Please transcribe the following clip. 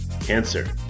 cancer